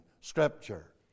Scripture